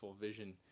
vision